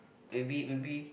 maybe maybe